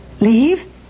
Leave